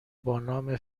بانام